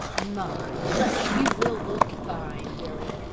my! but you will look fine, billy.